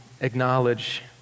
acknowledge